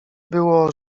było